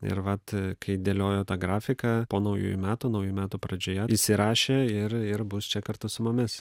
ir vat kai dėliojo tą grafiką po naujųjų metų naujų metų pradžioje įsirašė ir ir bus čia kartu su mumis